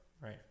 right